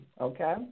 okay